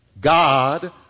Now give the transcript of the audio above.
God